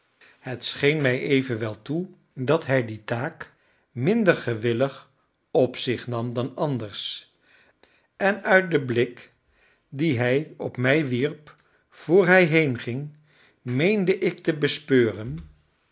het scheen mij evenwel toe dat hij die taak minder gewillig op zich nam dan anders en uit den blik dien hij op mij wierp vr hij heenging meende ik te bespeuren